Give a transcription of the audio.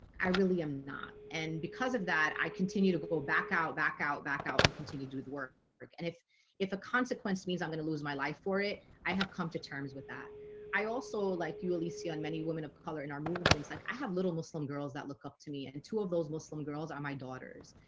i really am not and because of that i continue to back out back out back out and continue to do the work work and if if a consequence means i'm gonna lose my life for it. i have come to terms with that i also like you alesi on many women of color and our movements like i have little muslim girls that look up to me and two of those muslim girls are my daughters.